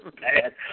bad